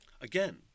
again